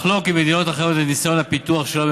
לחלוק עם מדינות אחרות את ניסיון הפיתוח שלה,